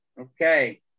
Okay